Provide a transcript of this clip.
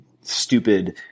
stupid